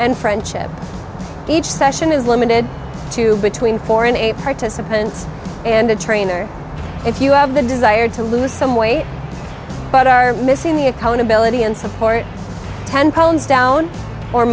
and friendship each session is limited to between four and eight participants and a trainer if you have the desire to lose some weight but are missing the accountability and support ten pounds down or